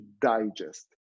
digest